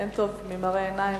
אין טוב ממראה עיניים.